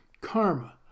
Karma